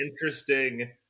interesting